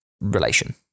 relation